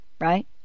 right